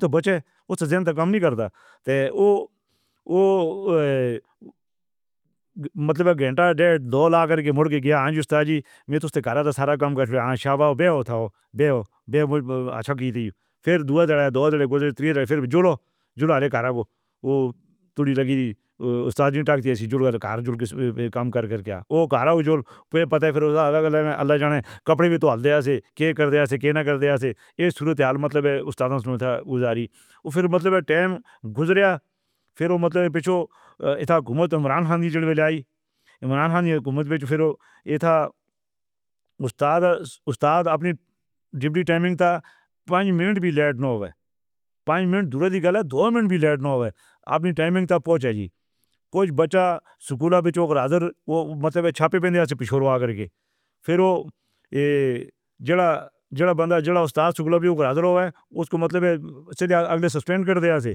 تو بچے اُس زندہ کم نہیں کرتا۔ تو اوہ مطلب گھنٹہ ڈیڑھ دو لا کے۔ مڑ کے گیا اُستاد جی، میں تو اُس کے گھر والوں کا سارا کم کر۔ شاباش بیہوش ہو، بیہوش ہو۔ اچھا کی تھی پھر دور دوڑان دوڑ لگ کے چلو۔ جلدی کر کے اوہ. تو بھی اُستاد جی کم کر کر کے آؤ کرو جلدی۔ پتا فرضی نام، اللہ جانے کپڑے بھی دھو لیتے تھے، کے کر دیا سی کے نہ کر دیا پھر۔ یہ حالت حال مطلب اُستادوں تھا گزارئی۔ پھر مطلب ٹائم گزر آیا۔ پھر مطلب پیچھے ہی تھا مودی، عمران خان جی دی ہوئی۔ عمران خان دی حکومت سے پھر ایہ تھا. اُستاد! اُستاد اپنی ذمہ داری تو پنج منٹ وی لیٹ نہیں اے۔ پنج منٹ دور دی گلی دو منٹ وی لیٹ نہیں اے۔ اپنی ٹائمنگ تے جی۔ کجھ بچہ سکولاں توں ہو کے گزر۔ اوہ مطلب چھاپے پہنے ہنسے کو۔ روز کر کے پھر اوہ. ایہ جیڑا جیڑا بندہ جیڑا اُستاد سکولاں تے گزریا اے، اُس کو مطلب اگلے سسپینڈ کر دیسے۔ تے